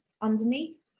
underneath